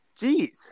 Jeez